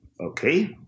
Okay